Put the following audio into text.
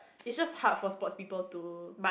it's just hard for sports people to